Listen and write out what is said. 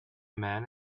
man